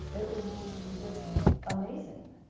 it was just just amazing.